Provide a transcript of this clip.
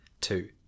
two